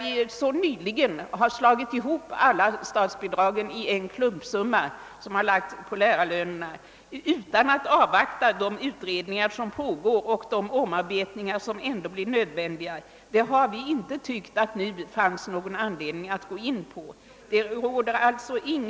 Vi har emellertid inte tyckt att det finns någon anledning att utan att avvakta de utredningar som pågår och de omarbetningar, som ändå blir nödvändiga, bryta ut en fråga och begära ett nytt specialdestinerat statsbidrag när vi så nyligen slagit ihop alla statsbidragen i en klumpsumma, vilken lagts på lärarlönerna.